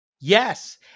Yes